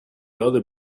other